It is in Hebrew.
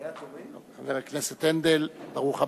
חבר הכנסת הנדל, ברוך הבא.